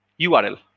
URL